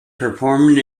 performing